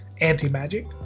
anti-magic